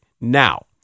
Now